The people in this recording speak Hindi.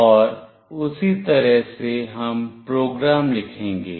और उसी तरह से हम प्रोग्राम लिखेंगे